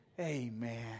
Amen